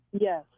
Yes